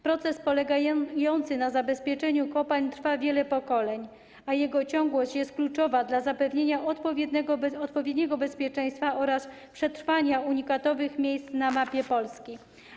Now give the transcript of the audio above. Proces polegający na zabezpieczeniu kopalń trwa wiele pokoleń, a jego ciągłość jest kluczowa dla zapewnienia odpowiedniego bezpieczeństwa oraz przetrwania unikatowych miejsc na mapie Polski.